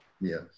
Yes